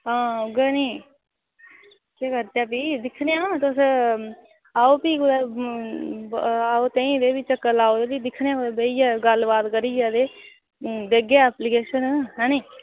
हां उ'ऐ निं केह् करचै भी दिक्खने आं तुस आओ भी कुतै आओ तेईं ते भी चक्कर लाओ दिक्खने आं कुदै गल्ल बात करियै ते देह्गे ऐप्लिकेशन ऐह्नी